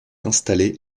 installé